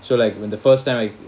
so like when the first time I